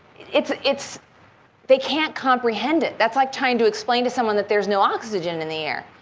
it's it's they can't comprehend it. that's like trying to explain to someone that there's no oxygen in the air.